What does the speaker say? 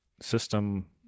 system